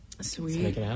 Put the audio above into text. Sweet